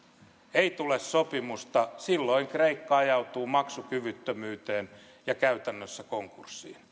ei tule sopimusta silloin kreikka ajautuu maksukyvyttömyyteen ja käytännössä konkurssiin